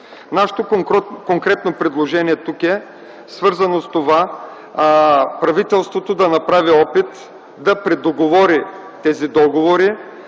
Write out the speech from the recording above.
Нашето конкретно предложение тук е свързано с това правителството да направи опит да предоговори тези договори